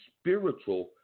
spiritual